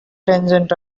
tangent